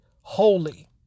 holy